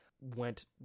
went